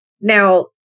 Now